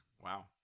Wow